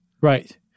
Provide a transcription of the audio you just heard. Right